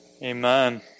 Amen